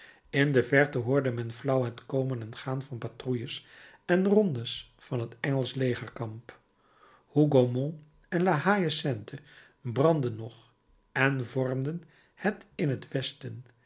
in de verte hoorde men flauw het komen en gaan der patrouilles en rondes van het engelsche legerkamp hougomont en la haie sainte brandden nog en vormden het een in t westen